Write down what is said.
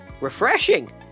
Refreshing